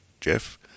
Jeff